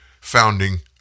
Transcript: founding